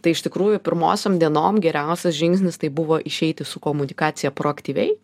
tai iš tikrųjų pirmosiom dienom geriausias žingsnis tai buvo išeiti su komunikacija proaktyviai